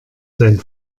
sein